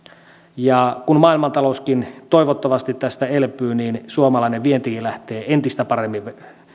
kun maailmantalouskin toivottavasti tästä elpyy niin suomalainen vientikin lähtee entistä paremmin